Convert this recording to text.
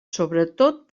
sobretot